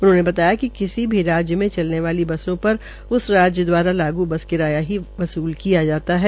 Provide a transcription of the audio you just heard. उन्होंने बताया कि किसी भी राज्य में चलने वाली बसों उप उस राज्य द्वारा लागू बस किराया ही वसूल किया जाता है